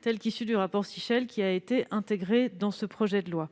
préconise le rapport Sichel, qui a été intégré dans ce projet de loi.